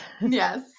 yes